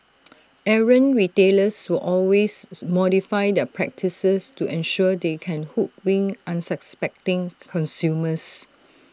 errant retailers will always modify their practices to ensure they can hoodwink unsuspecting consumers